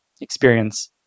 experience